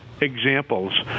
examples